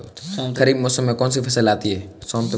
खरीफ मौसम में कौनसी फसल आती हैं?